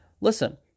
listen